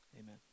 amen